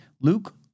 Luke